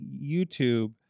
YouTube